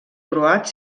croat